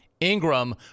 Ingram